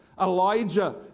Elijah